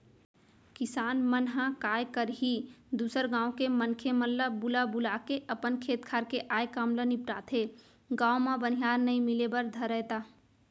किसान मन ह काय करही दूसर गाँव के मनखे मन ल बुला बुलाके अपन खेत खार के आय काम ल निपटाथे, गाँव म बनिहार नइ मिले बर धरय त